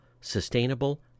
sustainable